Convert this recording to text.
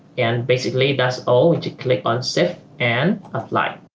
and basically that's all, you click on save and apply.